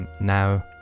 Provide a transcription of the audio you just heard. now